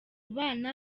bana